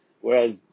whereas